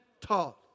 taught